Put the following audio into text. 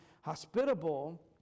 hospitable